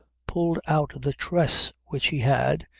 pulled out the tress which he had,